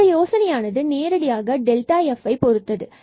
இந்த யோசனை ஆனது நேரடியாக f பொறுத்தது ஆகும்